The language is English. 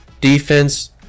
Defense